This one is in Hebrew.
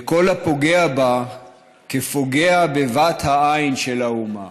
וכל הפוגע בה כפוגע בבת העין של האומה".